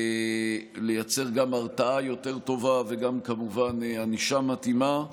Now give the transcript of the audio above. לייצר גם הרתעה יותר טובה וגם כמובן ענישה מתאימה,